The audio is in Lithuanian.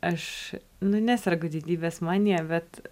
aš nu nesergu didybės manija bet